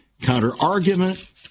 counter-argument